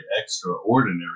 extraordinary